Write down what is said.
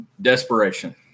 Desperation